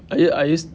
I u~ I use